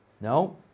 No